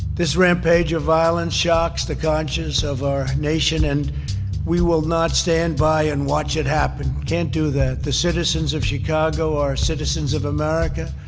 this rampage of violence shocks the conscience of our nation. and we will not stand by and watch it happen. can't do that. the citizens of chicago are citizens of america.